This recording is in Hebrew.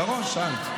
שרון, שאלת,